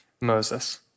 Moses